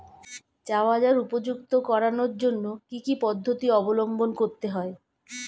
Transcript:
চা বাজার উপযুক্ত করানোর জন্য কি কি পদ্ধতি অবলম্বন করতে হয়?